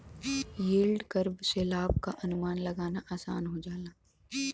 yield curve से लाभ क अनुमान लगाना आसान हो जाला